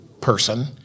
person